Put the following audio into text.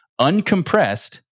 uncompressed